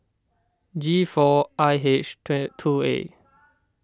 G four I H two A